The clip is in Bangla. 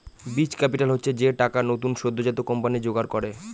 বীজ ক্যাপিটাল হচ্ছে যে টাকা নতুন সদ্যোজাত কোম্পানি জোগাড় করে